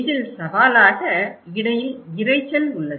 இதில் சவாலாக இடையில் இரைச்சல் உள்ளது